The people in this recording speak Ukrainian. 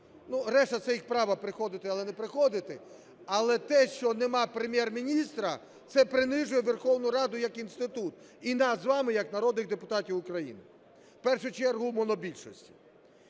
решта - це їх право приходити, не приходити, але те, що нема Прем'єр-міністра, це принижує Верховну Раду як інститут і нас з вами як народних депутатів України, в першу чергу монобільшість.